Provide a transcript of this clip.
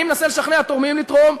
אני מנסה לשכנע תורמים לתרום,